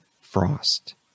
frost